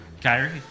Kyrie